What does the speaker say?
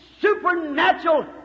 supernatural